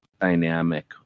dynamic